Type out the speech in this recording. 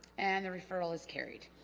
and the referral is carried